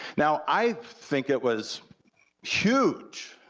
now, i think it was huge,